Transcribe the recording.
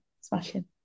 smashing